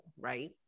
right